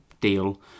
deal